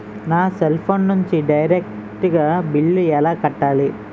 నా cell phone నుంచి direct గా బిల్లు ఎలా కట్టాలి?